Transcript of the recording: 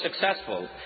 successful